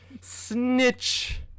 Snitch